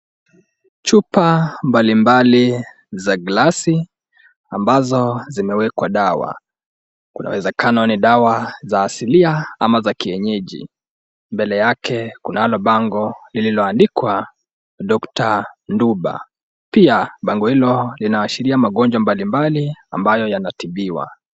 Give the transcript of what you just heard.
Chupa mbalimbali za glasi ambazo zimewekwa dawa, kuna uwezekano ni dawa za asilia ama za kienyeji. Mbele yake kunalo bango lililoandikwa DR NDUBA. Pia bango hilo linaashiria mangonjwa mbalimbali ambayo yanatibiwa.